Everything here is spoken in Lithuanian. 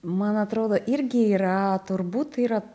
man atrodo irgi yra turbūt yra